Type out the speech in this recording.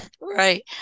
right